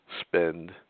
spend